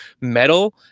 metal